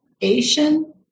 Asian